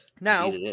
Now